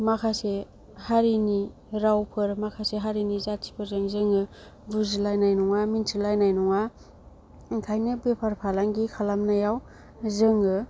माखासे हारिनि रावफोर माखासे हारिनि जाथिफोरजों जोङो बुजिलायनाय नङा मोनथिलायनाय नङा ओंखायनो बेफार फालांगि खालामनायाव जोङो